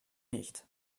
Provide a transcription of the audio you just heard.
nicht